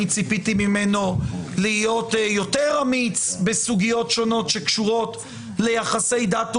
ציפיתי ממנו להיות יותר אמיץ בסוגיות שונות שקשורות ביחסי דת ומדינה,